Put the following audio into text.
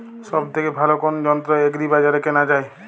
সব থেকে ভালো কোনো যন্ত্র এগ্রি বাজারে কেনা যায়?